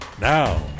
Now